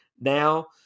now